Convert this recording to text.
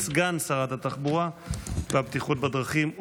סכנת הסגירה של מעונות היום השיקומיים לפעוטות בעלי צרכים מיוחדים.